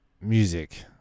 Music